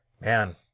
man